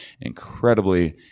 incredibly